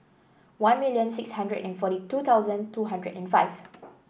one million six hundred and forty two thousand two hundred and five